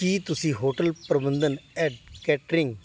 ਕੀ ਤੁਸੀਂ ਹੋਟਲ ਪ੍ਰਬੰਧਨ and catering